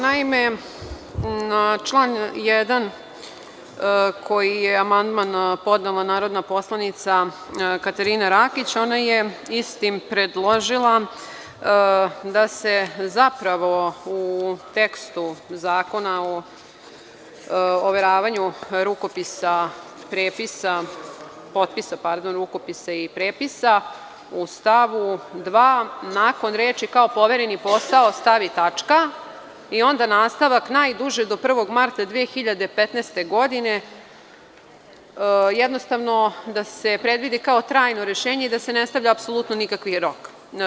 Naime, na član 1. amandman je podnela narodna poslanica Katarina Rakić i ona je istim predložila da se zapravo u tekstu Zakona o overavanju potpisa, rukopisa i prepisa u stavu 2. nakon reči: „kao povereni posao“ stavi tačka i onda nastavak: „najduže do 1. marta 2015. godine“, jednostavno da se predvidi kao trajno rešenje i da se ne stavlja apsolutno nikakav rok.